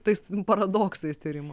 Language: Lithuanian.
tais paradoksais tyrimų